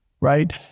right